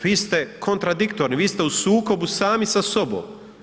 Vi ste kontradiktorni, vi ste u sukobu sami sa sobom.